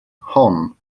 hon